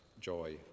joy